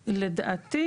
לדעתי,